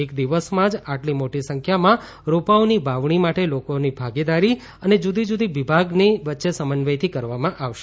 એક દિવસમાં જ આટલી મોટી સંખ્યામાં રોપાઓની વાવણી માટે લોકોની ભાગીદારી અને જુદા જુદા વિભાગની વચ્ચે સમન્વયથી કરવામાં આવી છે